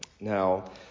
Now